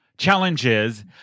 Challenges